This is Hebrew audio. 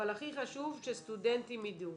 אבל הכי חשוב שסטודנטים ידעו.